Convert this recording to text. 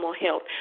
health